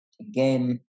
again